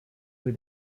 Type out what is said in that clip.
with